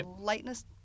lightness